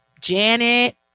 Janet